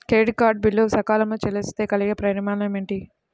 Credit card bill సకాలంలో చెల్లిస్తే కలిగే పరిణామాలేమిటి?